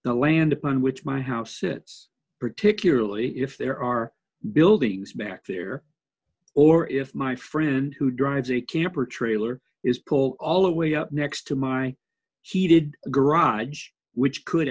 the land upon which my house sits particularly if there are buildings back there or if my friend who drives a camper trailer is pull all the way up next to my heated garage which could